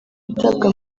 itabwa